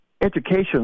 education